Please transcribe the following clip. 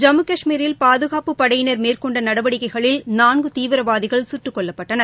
ஜம்மு கஷ்மீரில் பாதகாப்புப் படையினர் மேற்கொண்டநடவடிக்கைகளில் நான்குதீவிரவாதிகள் சுட்டுக் கொல்லப்பட்டனர்